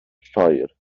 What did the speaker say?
lloer